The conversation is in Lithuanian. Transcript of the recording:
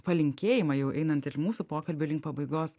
palinkėjimą jau einant ir mūsų pokalbiui link pabaigos